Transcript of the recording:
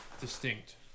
distinct